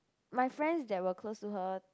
my friends that were close to her